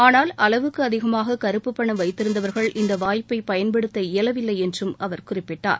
ஆனால் அளவுக்கு அதிகமாக கருப்புப் பணம் வைத்திருந்தவர்கள் இந்த வாய்ப்பை பயன்படுத்த இயலவில்லை என்றும் அவர் குறிப்பிட்டார்